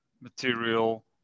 material